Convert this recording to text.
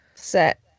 Set